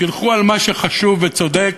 תלכו על מה שחשוב וצודק,